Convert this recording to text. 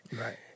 Right